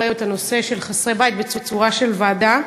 את הנושא של חסרי בית בצורה של ועדה.